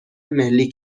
ملی